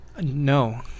No